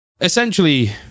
essentially